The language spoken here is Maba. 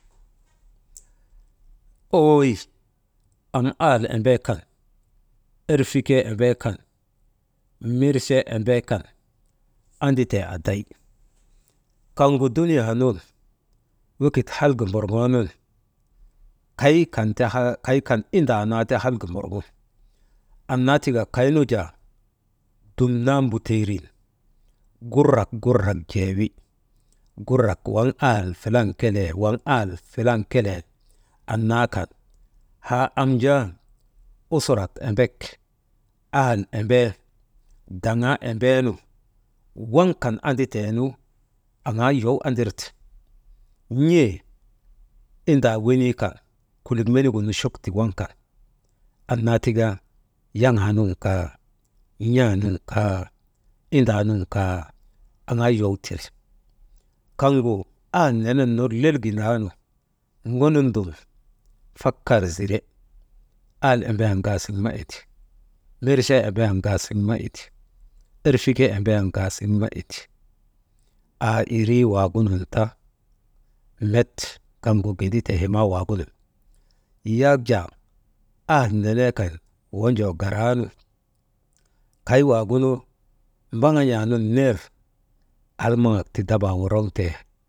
Ooy am ahal embee kan, erfikee embee kan mirchee embee kan, anditee aday kaŋgu dunuyaa nun wekit halga mborŋooonun, kay kan indaa naa ti halga mborŋo, annaa tika kaynu jaa dumnan mbuteerin gurrak, gurrat jee wi, gurrak waŋ ahal filan kelee, waŋ ahal filan kelee, annaa kan haa am jaa, usurak embek, ahal embee, daŋaa embeenu, waŋ kan anditeenu aŋaa yow andirte, n̰ee indaa wenii kan kulik menigu nuchok ti waŋ kan, annnaa tika yaŋaanun kaa, n̰aa nun kaa, indaa nun kaa, aŋaa yow tiri, kaŋgu ahal nenen ner lel gindaanu, ŋonun dum fakar zire, ahal embee waŋ ŋaasiŋen ma indi, mirchee embee waŋ ŋaasiŋen ma indi, erfikee embee waŋ ŋaasiŋen ma endi, aa irii waagunun ta kaŋgu met kaŋgu ginditee ma waagunun, yak jaa ahal nenee kan wonjoo karaanu kay waagunu mbaŋan̰aa nun ner almaŋak ti dabaa woroŋtee.